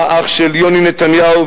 האח של יוני נתניהו,